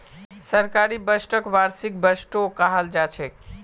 सरकारी बजटक वार्षिक बजटो कहाल जाछेक